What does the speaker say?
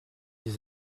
des